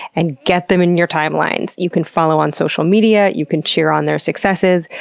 and get them in your timelines. you can follow on social media, you can cheer on their successes,